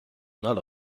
not